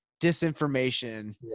disinformation